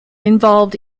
involved